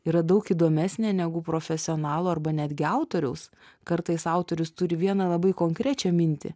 yra daug įdomesnė negu profesionalo arba netgi autoriaus kartais autorius turi vieną labai konkrečią mintį